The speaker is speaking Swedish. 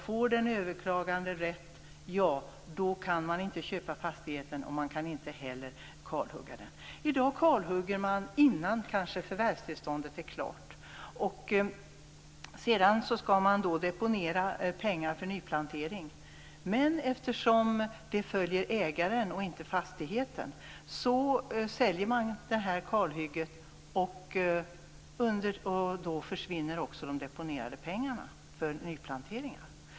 Får den överklagande rätt så kan man inte köpa fastigheten, och man kan inte heller kalhugga den. I dag kalhugger man kanske innan förvärvstillståndet är klart. Sedan skall man deponera pengar för nyplantering. Men eftersom detta följer ägaren och inte fastigheten, säljer man kalhygget. Då försvinner också de deponerade pengarna för nyplanteringar.